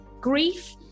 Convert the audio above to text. Grief